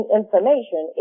information